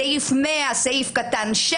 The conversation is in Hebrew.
סעיף 100(6)